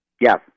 Yes